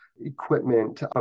Equipment